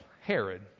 Herod